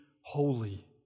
holy